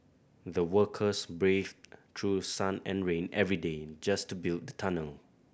the workers braved through sun and rain every day just to build the tunnel